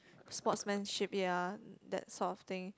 sportsmanship ya that sort of thing